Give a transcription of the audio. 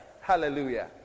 Hallelujah